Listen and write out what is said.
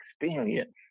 experience